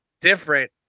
different